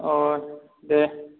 दे